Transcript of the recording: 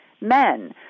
men